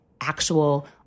actual